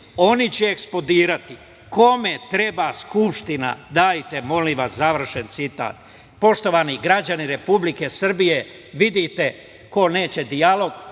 oni će eksplodirati. Kome treba Skupština, dajte molim vas", završen citat. Poštovani građani Republike Srbije, vidite ko neće dijalog,